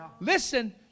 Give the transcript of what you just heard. Listen